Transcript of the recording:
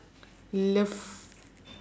love